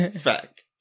Fact